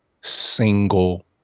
single